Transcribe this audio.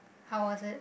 how was it